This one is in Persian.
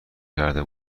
کرده